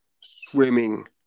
swimming